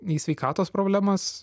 į sveikatos problemas